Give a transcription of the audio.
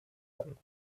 them